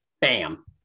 Bam